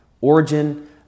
Origin